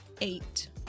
Eight